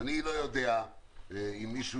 אני לא יודע מה היקף